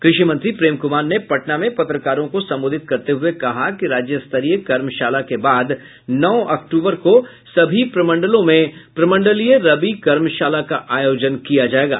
कृषि मंत्री प्रेम कुमार ने पटना में पत्रकारों को संबोधित करते हये कहा कि राज्यस्तरीय कर्मशाला के बाद नौ अक्टूबर को सभी प्रमंडलों में प्रमंडलिय रबी कर्मशाला का आयोजन किया जायेगा